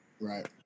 Right